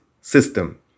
system